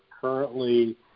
currently